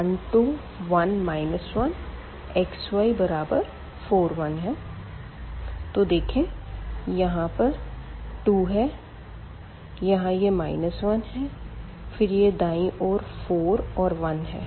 1 2 1 1 x y 4 1 तो देखें यहाँ यह 2 है यहाँ यह 1 है फिर यह दायीं ओर 4 और 1 है